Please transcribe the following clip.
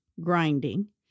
grinding